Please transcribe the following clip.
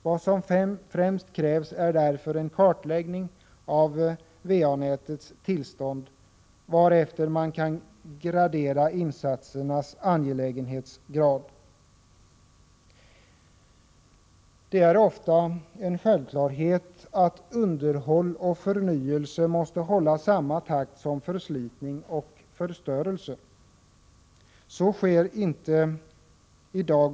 Vad som främst krävs är därför en kartläggning av va-nätets tillstånd, varefter man kan gradera insatsernas angelägenhetsgrad. Det är ofta en självklarhet att underhåll och förnyelse måste hålla samma takt som förslitning och förstörelse. Så sker inte i dag.